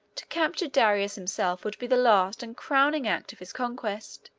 to capture darius himself would be the last and crowning act of his conquest.